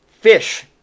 Fish